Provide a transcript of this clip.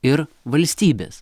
ir valstybės